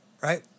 Right